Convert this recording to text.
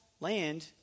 land